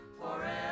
forever